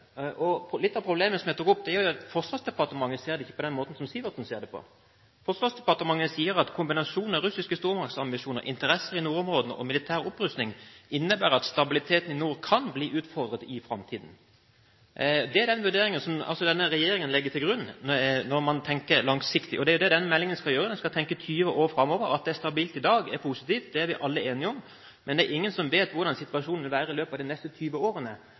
ikke. Litt av problemet som jeg tok opp, er at Forsvarsdepartementet ikke ser det på samme måten som Sivertsen. Forsvarsdepartementet sier at kombinasjonen av russiske stormaktsambisjoner, interesser i nordområdene og militær opprustning innebærer at stabiliteten i nord kan bli utfordret i framtiden. Det er den vurderingen som regjeringen legger til grunn når man tenker langsiktig. Det er det denne meldingen skal gjøre, den skal tenke 20 år framover. At det er stabilt i dag, er positivt, det er vi alle enige om, men det er ingen som vet hvordan situasjonen vil være i løpet av de neste 20 årene